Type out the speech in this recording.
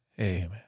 Amen